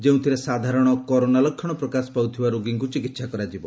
ଯେଉଁଥିରେ ସାଧାରଣ କରୋନା ଲକ୍ଷଣ ପ୍ରକାଶ ପାଉଥିବା ରୋଗୀଙ୍କୁ ଚିକିତ୍ସା କରାଯିବ